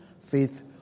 Faith